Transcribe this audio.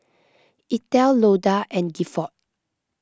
Eithel Loda and Gifford